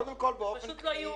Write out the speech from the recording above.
זה פשוט לא יאומן.